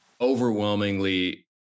overwhelmingly